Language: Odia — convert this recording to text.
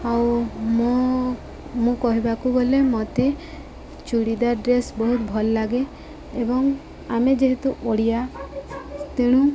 ଆଉ ମୋ ମୁଁ କହିବାକୁ ଗଲେ ମୋତେ ଚୁଡ଼ିଦାର୍ ଡ୍ରେସ୍ ବହୁତ ଭଲ ଲାଗେ ଏବଂ ଆମେ ଯେହେତୁ ଓଡ଼ିଆ ତେଣୁ